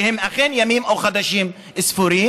שהם אכן ימים או חודשים ספורים,